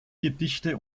gedichte